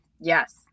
Yes